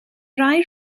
rhai